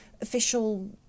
official